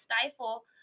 stifle